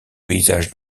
paysages